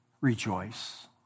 rejoice